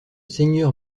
seigneur